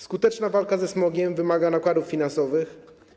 Skuteczna walka ze smogiem wymaga nakładów finansowych.